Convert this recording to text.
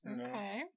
Okay